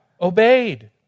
obeyed